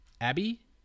abby